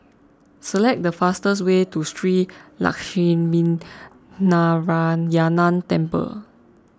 select the fastest way to Shree Lakshminarayanan Temple